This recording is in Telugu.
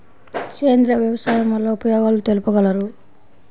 సేంద్రియ వ్యవసాయం వల్ల ఉపయోగాలు తెలుపగలరు?